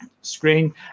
screen